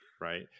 right